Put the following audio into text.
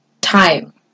time